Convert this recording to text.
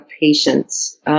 patience